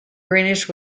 greenish